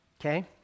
Okay